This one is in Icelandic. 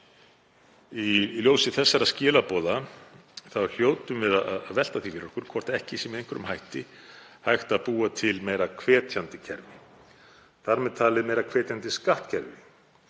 Í ljósi þessara skilaboða hljótum við að velta því fyrir okkur hvort ekki sé með einhverjum hætti hægt að búa til meira hvetjandi kerfi, þar með talið meira hvetjandi skattkerfi,